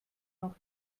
noch